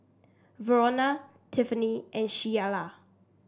Verona Tiffany and Sheilah